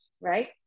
right